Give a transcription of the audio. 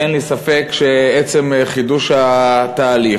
אין לי ספק שעצם חידוש התהליך,